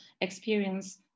experience